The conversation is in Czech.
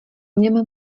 něm